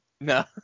No